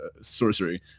sorcery